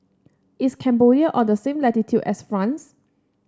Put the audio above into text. is Cambodia on the same latitude as France